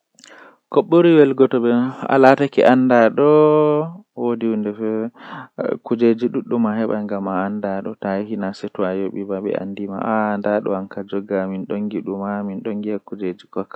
Arandeere kam mi eman mo dume o buri yidugo haa rayuwa maako tomi nani ko o buradaa yiduki mi eman mo dume be dume o burdaa yiduki haa duniyaaru tomi nani hunde didi do mi wawan mi yecca ma goddo ko o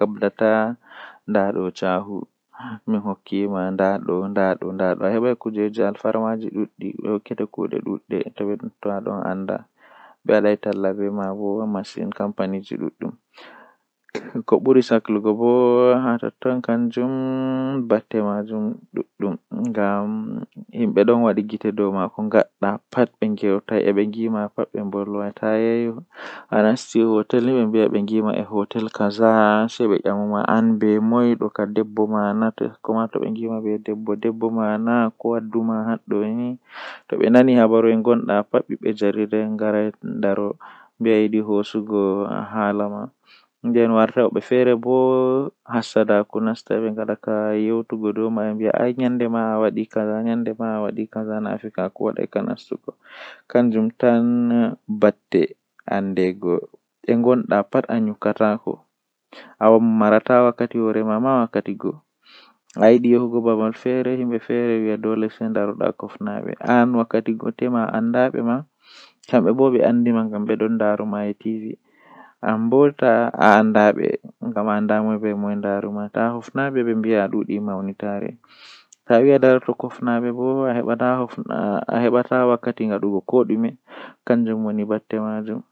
moijo be ko o wawata waduki.